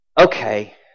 okay